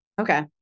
Okay